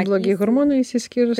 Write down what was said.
blogi hormonai išsiskirs